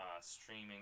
streaming